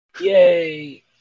Yay